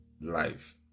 life